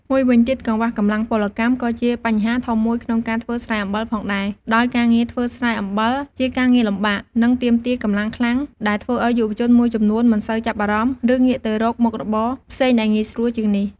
មួយវិញទៀតកង្វះកម្លាំងពលកម្មក៏ជាបញ្ហាធំមួយក្នុងការធ្វើស្រែអំបិលផងដែរ ដោយការងារធ្វើស្រែអំបិលជាការងារលំបាក និងទាមទារកម្លាំងខ្លាំង ដែលធ្វើឱ្យយុវជនមួយចំនួនមិនសូវចាប់អារម្មណ៍ ឬងាកទៅរកមុខរបរផ្សេងដែលងាយស្រួលជាងនេះ។